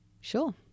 Sure